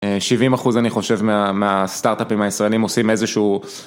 70 אחוז אני חושב מהסטארט-אפים הישראלים עושים איזשהו